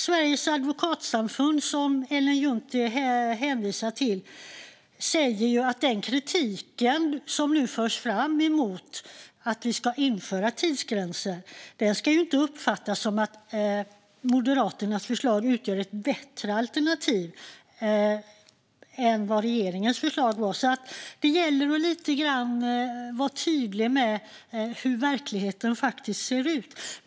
Sveriges advokatsamfund, som Ellen Juntti hänvisar till, säger att den kritik som nu förs fram mot att införa tidsgränser inte ska uppfattas som att Moderaternas förslag utgör ett bättre alternativ än regeringens förslag. Det gäller att vara tydlig med hur verkligheten faktiskt ser ut.